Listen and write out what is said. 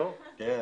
כן.